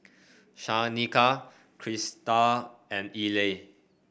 Shanika Christal and Eli